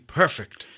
perfect